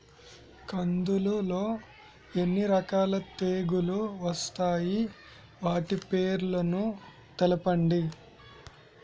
కందులు లో ఎన్ని రకాల తెగులు వస్తాయి? వాటి పేర్లను తెలపండి?